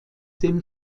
dem